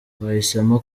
bahisemo